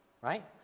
Right